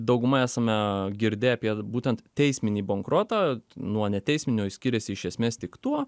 dauguma esame girdėję apie būtent teisminį bankrotą nuo neteisminio jis skiriasi iš esmės tik tuo